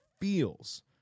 feels